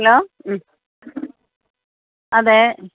hello മ്മ് അതേ